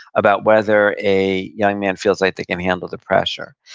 about whether a young man feels like they can handle the pressure.